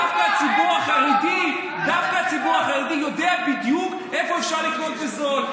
דווקא הציבור החרדי יודע בדיוק איפה אפשר לקנות בזול.